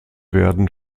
werden